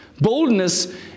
Boldness